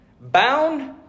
bound